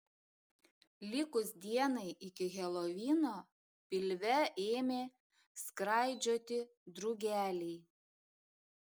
likus dienai iki helovino pilve ėmė skraidžioti drugeliai